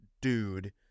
dude